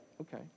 Okay